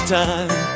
time